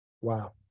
Wow